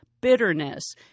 bitterness